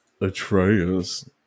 Atreus